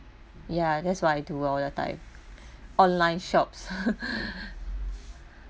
ya that's what I do all the time online shops